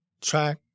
track